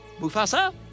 Mufasa